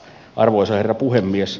arvoisa herra puhemies